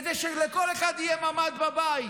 כדי שלכל אחד יהיה ממ"ד בבית?